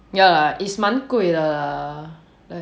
ya lah it's 蛮贵的 lah